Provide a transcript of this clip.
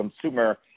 consumer